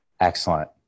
Excellent